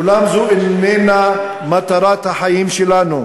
אולם זו איננה מטרת החיים שלנו.